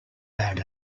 bad